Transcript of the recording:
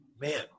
man